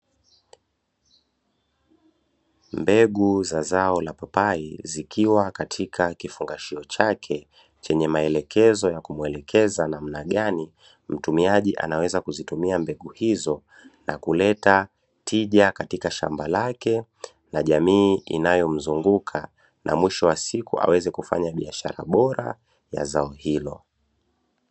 Mbegu za zao la papai zikiwa katika kifungashio chake, chenye maelekezo ya kumuelekeza namna gani mtumiaji anaweza kuzitumia mbegu hizo na kuleta tija katika shamba lake na jamii inayomzunguka na mwisho wa siku aweze kufanya biashara bora ya zao hilo.